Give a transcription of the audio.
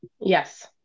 yes